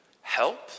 help